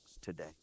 today